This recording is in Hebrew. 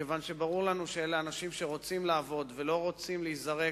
מכיוון שברור לנו שאלה אנשים שרוצים לעבוד ולא רוצים להיזרק.